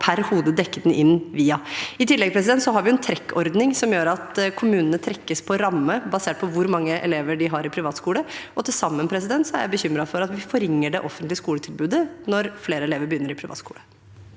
per hode til å dekke inn regningen med. I tillegg har vi en trekkordning som gjør at kommunene trekkes på ramme basert på hvor mange elever de har i privatskole. Til sammen er jeg bekymret for at vi forringer det offentlige skoletilbudet når flere elever begynner i privatskole.